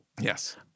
Yes